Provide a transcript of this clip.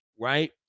right